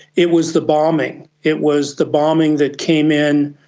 it was the bombing, it was the bombing that came in.